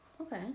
okay